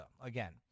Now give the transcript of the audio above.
again